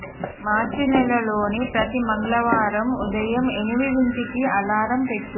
మార్చి నెలలోని ప్రతి మంగళవారం ఉదయం ఎనిమిదింటికి అలారం పెట్టు